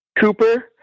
Cooper